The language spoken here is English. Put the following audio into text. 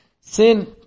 sin